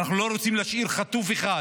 ואנחנו לא רוצים להשאיר חטוף אחד